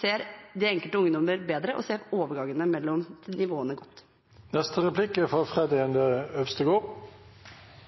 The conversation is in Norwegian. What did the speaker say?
ser de enkelte ungdommer bedre og ser overgangene mellom nivåene godt. Det er